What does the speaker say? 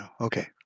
Okay